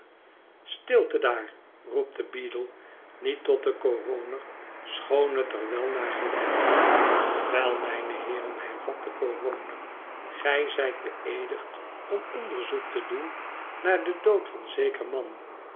stilte daar roept de beadle niet tot den coroner schoon het er wel naar gelijkt wel mijne heeren hervat de coroner gij zijt beëedigd om onderzoek te doen naar den dood van zeker man